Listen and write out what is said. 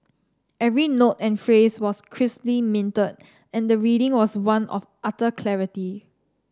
every note and phrase was crisply minted and the reading was one of utter clarity